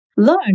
Learn